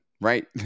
right